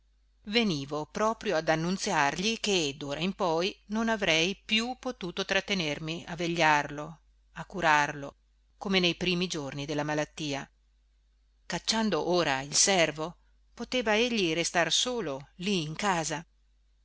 venivo proprio ad annunziargli che dora in poi non avrei più potuto trattenermi a vegliarlo a curarlo come nei primi giorni della malattia cacciando ora il servo poteva egli restar solo lì in casa